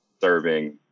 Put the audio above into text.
serving